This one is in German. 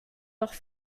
doch